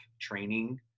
training